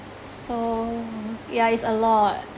so yeah it's a lot